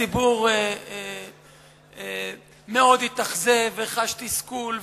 הציבור מאוד התאכזב וחש תסכול,